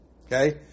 Okay